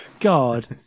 god